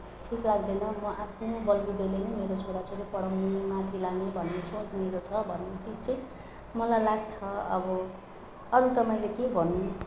ठिक लाग्दैन म आफ्नै बलबुताले नै मेरो छोराछोरी पढाउने माथि लाने भन्ने सोच मेरो छ भन्ने चिज चाहिँ मलाई लाग्छ अब अरू त मैले के भन्नु